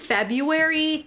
February